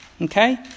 okay